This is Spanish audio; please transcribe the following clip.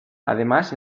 además